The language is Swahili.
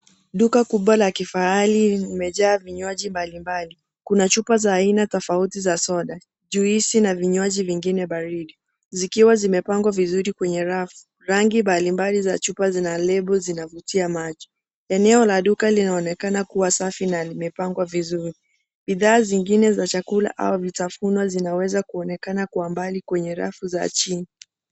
Duka kubwa la kifahari lime jaa vinywaji mbali mbali. Kuna chupa za aina tofauti za soda, jwesi na vinywaji vingine baridi, zikiwa zime pangwa vizuri kwenye rafu. Rangi mbali mbali za chupa zina lebo zina vutia macho . Eneo la duka linaonekana kuwa safi na lime pangwa vizuri. Bidhaa zingine za chakula au vitafuno zinaweza kuonekana kwa umbali kwenye rafu za chini.